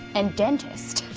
and dentist.